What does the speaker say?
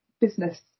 business